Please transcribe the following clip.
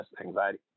anxiety